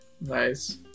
Nice